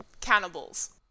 cannibals